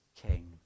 king